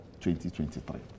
2023